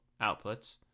outputs